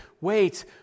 wait